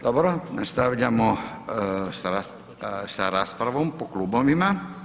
Dobro, nastavljamo sa raspravom po klubovima.